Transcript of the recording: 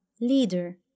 leader